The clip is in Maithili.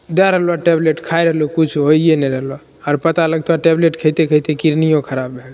दए रहल टैबलेट खाइ रहलो किछु होइए नहि रहलो आर पता लगतो टैबलेट खाइते खाइते किडनिओ खराब भए गेलो